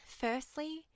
Firstly